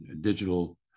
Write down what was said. digital